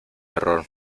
error